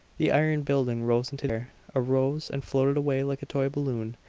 the iron building rose into the air arose, and floated away like a toy balloon.